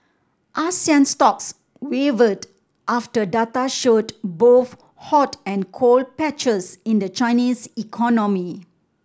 Asian stocks wavered after data showed both hot and cold patches in the Chinese economy